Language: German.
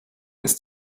ist